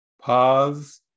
pause